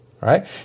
right